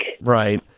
Right